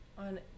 on